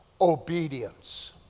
Obedience